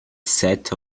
sat